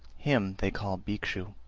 him they call bhikshu.